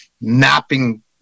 napping